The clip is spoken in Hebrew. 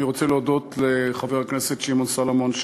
אני רוצה להודות לחבר הכנסת שמעון סולומון,